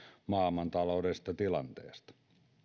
maailman taloudellisesta tilanteesta